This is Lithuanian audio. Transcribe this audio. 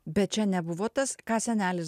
bet čia nebuvo tas ką senelis